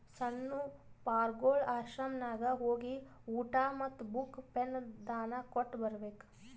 ಸಣ್ಣು ಪಾರ್ಗೊಳ್ ಆಶ್ರಮನಾಗ್ ಹೋಗಿ ಊಟಾ ಮತ್ತ ಬುಕ್, ಪೆನ್ ದಾನಾ ಕೊಟ್ಟ್ ಬರ್ಬೇಕ್